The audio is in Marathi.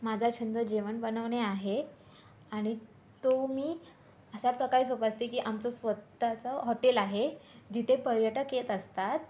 माझा छंद जेवण बनवणे आहे आणि तो मी अशा प्रकारे जोपासते की आमचं स्वतःचं हॉटेल आहे जिथे पर्यटक येत असतात